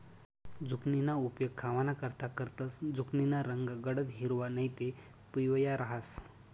झुकिनीना उपेग खावानाकरता करतंस, झुकिनीना रंग गडद हिरवा नैते पिवया रहास